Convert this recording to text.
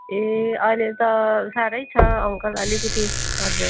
ए अहिले त साह्रै छ अङ्कल अलिकति हजुर